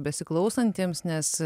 besiklausantiems nes